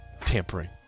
tampering